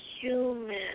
human